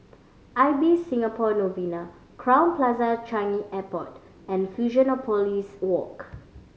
Ibis Singapore Novena Crowne Plaza Changi Airport and Fusionopolis Walk